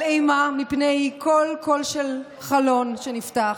על אימה מפני כל קול של חלון שנפתח,